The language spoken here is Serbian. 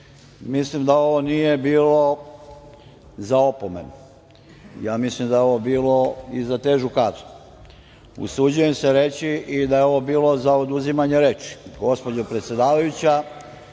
Mislim da ovo nije bilo za opomenu, mislim da je ovo bilo i za težu kaznu. Usuđujem se reći da je ovo bilo za oduzimanje